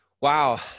Wow